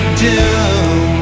doom